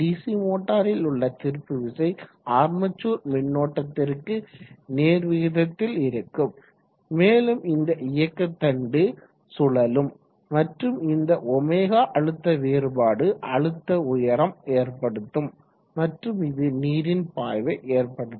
C மோட்டரில் உள்ள திருப்பு விசை ஆர்மெச்சூர் மின்னோட்டத்திற்கு நேர்விகிதத்தில் இருக்கும் மேலும் இந்த இயக்கு தண்டு சுழலும் மற்றும் இந்த ɷ அழுத்த வேறுபாடு அழுத்த உயரம் ஏற்படுத்தும் மற்றும் இது நீரின் பாய்வை ஏற்படுத்தும்